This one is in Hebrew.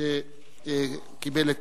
שקיבל התקף,